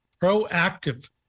proactive